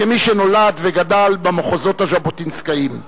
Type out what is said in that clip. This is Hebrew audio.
כמי שנולד וגדל במחוזות ז'בוטינסקאיים.